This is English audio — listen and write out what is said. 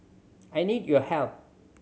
I need your help